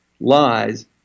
lies